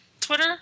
Twitter